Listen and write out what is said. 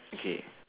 okay